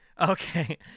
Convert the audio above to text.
okay